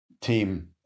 team